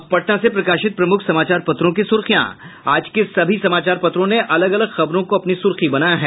अब पटना से प्रकाशित प्रमुख समाचार पत्रों की सुर्खियां आज के सभी समाचार पत्रों ने अलग अलग खबरो को अपनी सुर्खी बनायी है